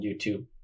YouTube